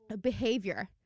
behavior